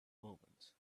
moment